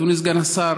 אדוני סגן השר,